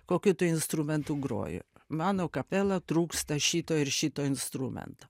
kokiu instrumentu groji mano kapela trūksta šito ir šito instrumento